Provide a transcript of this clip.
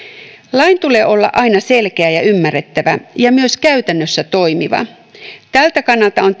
lain tulee olla aina selkeä ja ymmärrettävä ja myös käytännössä toimiva tältä kannalta on